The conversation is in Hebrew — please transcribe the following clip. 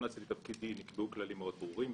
כשנכנסתי לתפקידי נקבעו כללים מאוד ברורים,